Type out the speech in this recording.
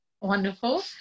wonderful